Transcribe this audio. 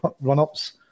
run-ups